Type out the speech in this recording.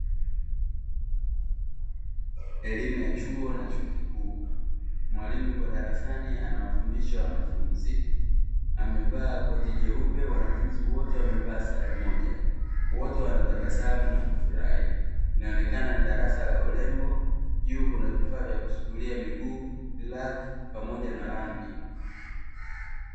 Elimu ya chuo na chuo kikuu. Mwalimu yupo darasani anawafundisha wanafunzi, amevaa koti jeupe, wanafunzi wote wamevaa sare moja. Wote wanatabasamu na kufurahia. Inaonekana ni darasa la urembo, juu kuna vifaa vya kusugulia miguu, glavu, pamoja na rangi.